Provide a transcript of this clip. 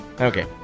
Okay